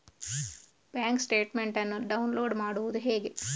Bank statement ಅನ್ನು download ಮಾಡುವುದು ಹೇಗೆ?